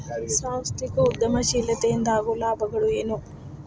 ಸಾಂಸ್ಥಿಕ ಉದ್ಯಮಶೇಲತೆ ಇಂದ ಆಗೋ ಲಾಭಗಳ ಏನು